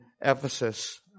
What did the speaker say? Ephesus